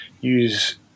use